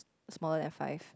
smaller than five